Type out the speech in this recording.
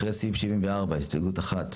אחרי סעיף 74. הסתייגות 1,